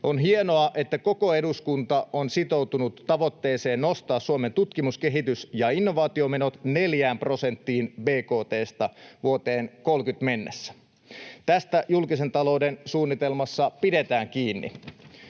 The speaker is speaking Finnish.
On hienoa, että koko eduskunta on sitoutunut tavoitteeseen nostaa Suomen tutkimus-, kehitys- ja innovaatiomenot neljään prosenttiin bkt:sta vuoteen 30 mennessä. Tästä julkisen talouden suunnitelmassa pidetään kiinni.